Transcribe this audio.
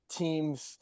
team's